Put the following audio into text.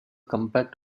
compared